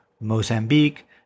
Mozambique